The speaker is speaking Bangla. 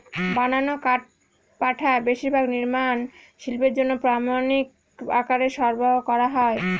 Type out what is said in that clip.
বানানো কাঠপাটা বেশিরভাগ নির্মাণ শিল্পের জন্য প্রামানিক আকারে সরবরাহ করা হয়